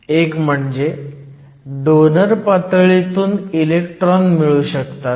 एक म्हणजे डोनर पातळीमधून इलेक्ट्रॉन मिळू शकतात